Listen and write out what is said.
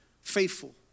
faithful